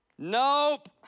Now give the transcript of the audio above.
Nope